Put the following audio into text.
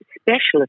specialist